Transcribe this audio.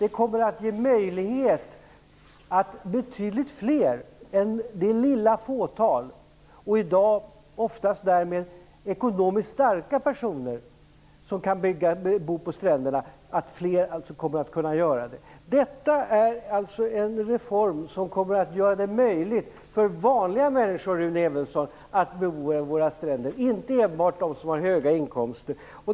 Det kommer att ge möjlighet för betydligt fler att bo på stränderna än det lilla fåtal, ofta ekonomiskt starka personer, som i dag har den möjligheten. Detta är alltså en reform som kommer att göra det möjligt för vanliga människor att bo vid våra stränder, inte enbart för dem som har höga inkomster.